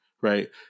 right